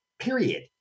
period